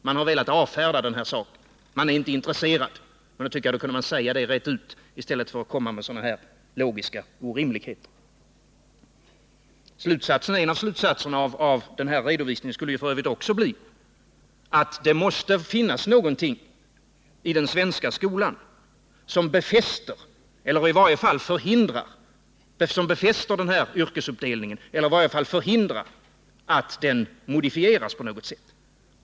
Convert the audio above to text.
Man har velat avfärda saken. Man är inte intresserad, och då tycker jag att man kunde säga det rent ut i stället för att komma med logiska orimligheter. En av slutsatserna av redovisningen skulle ju f. ö. också bli att det måste finnas någonting i den svenska skolan som befäster den nuvarande yrkesuppdelningen eller i varje fall förhindrar att den modifieras.